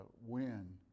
win